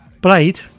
Blade